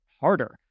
harder